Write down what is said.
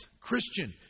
Christian